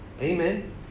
Amen